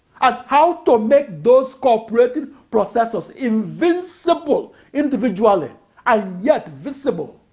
ah how to make those cooperating processors invisible individually and yet visible